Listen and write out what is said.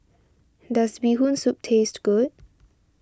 does Bee Hoon Soup taste good